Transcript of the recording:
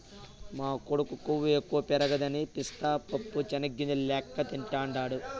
మా కొడుకు కొవ్వు ఎక్కువ పెరగదని పిస్తా పప్పు చెనిగ్గింజల లెక్క తింటాండాడు